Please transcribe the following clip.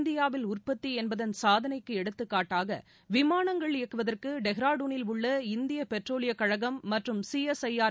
இந்தியாவில் உற்பத்தி என்பதன் சாதனைக்கு எடுத்துக்காட்டாக விமானங்கள் இயக்குவதற்கு டேராடுனில் உள்ள இந்திய பெட்ரோலியக் கழகம் மற்றும் சிஎஸ்ஐஆர்